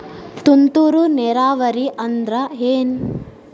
ತುಂತುರು ನೇರಾವರಿ ಅಂದ್ರ ಏನ್?